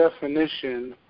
definition